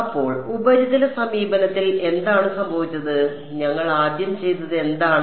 അപ്പോൾ ഉപരിതല സമീപനത്തിൽ എന്താണ് സംഭവിച്ചത് ഞങ്ങൾ ആദ്യം ചെയ്തത് എന്താണ്